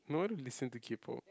no why would I listen to K-Pop